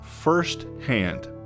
first-hand